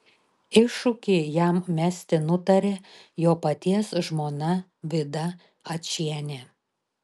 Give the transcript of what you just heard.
iššūkį jam mesti nutarė jo paties žmona vida ačienė